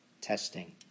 testing